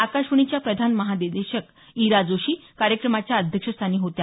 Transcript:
आकाशवाणीच्या प्रधान महानिदेशक इरा जोशी कार्यक्रमाच्या अध्यक्षस्थानी होत्या